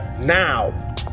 now